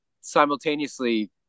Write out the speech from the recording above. simultaneously